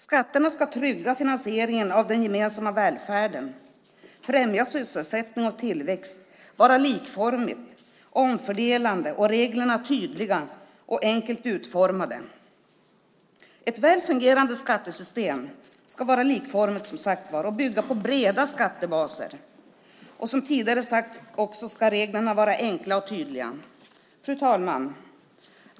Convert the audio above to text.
Skatterna ska trygga finansieringen av den gemensamma välfärden, främja sysselsättning och tillväxt, vara likformigt och omfördelande, och reglerna ska vara tydliga och enkelt utformade. Ett väl fungerande skattesystem ska bygga på breda skattebaser. Fru talman!